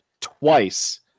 twice